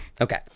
okay